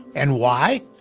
and why?